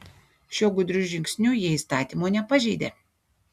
šiuo gudriu žingsniu jie įstatymo nepažeidė